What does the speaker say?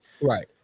Right